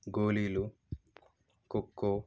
గోళీలు కొక్కో